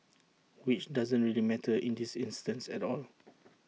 which doesn't really matter in this instance at all